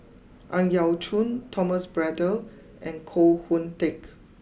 Ang Yau Choon Thomas Braddell and Koh Hoon Teck